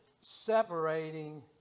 separating